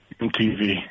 MTV